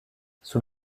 sous